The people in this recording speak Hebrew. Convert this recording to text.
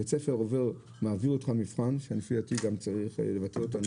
הבית ספר מעביר אותך מבחן שלפי דעתי גם צריך לבטל אותו,